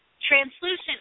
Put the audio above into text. translucent